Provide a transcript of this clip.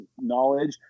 knowledge